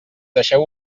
deixeu